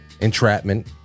entrapment